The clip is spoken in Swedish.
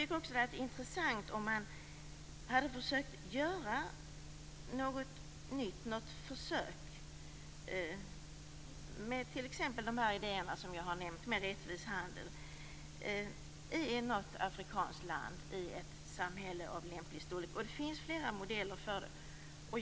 Det hade varit intressant om man gjort något försök t.ex. med rättvis handel i något afrikanskt land i ett samhälle av lämplig storlek. Det finns flera modeller för detta.